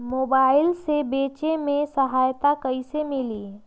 Mobile से बेचे में सहायता कईसे मिली?